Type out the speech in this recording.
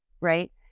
right